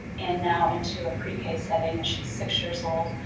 and now into a pre-k setting as she is six years old,